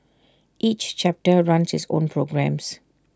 each chapter runs its own programmes